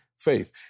faith